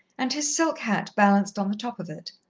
and his silk hat balanced on the top of it.